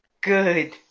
good